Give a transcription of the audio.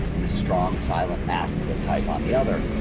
and the strong, silent, masculine type on the other.